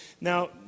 Now